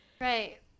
Right